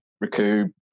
recoup